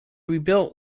rebuilt